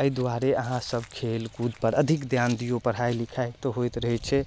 अइ दुआरे अहाँ सब खेलकूदपर अधिक ध्यान दिऔ पढ़ाइ लिखाइ तऽ होइत रहै छै